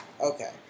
okay